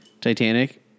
Titanic